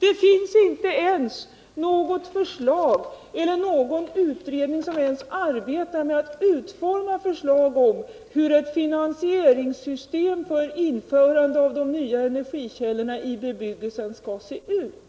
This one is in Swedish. Det finns t.ex. inte något förslag eller ens någon utredning som arbetar med att utforma förslag om hur ett finansieringssystem för införande av de nya energikällorna i bebyggelsen skall se ut.